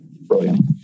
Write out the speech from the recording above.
Brilliant